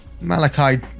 Malachi